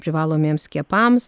privalomiems skiepams